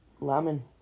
Lemon